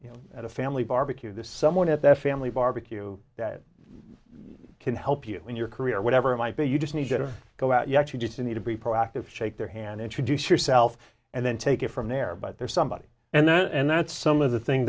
you know at a family barbecue this someone at their family barbecue can help you in your career or whatever it might be you just need to go out you actually do to need to be proactive shake their hand introduce yourself and then take it from there but there's somebody and then and that's some of the thing